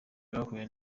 bahuye